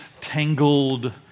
tangled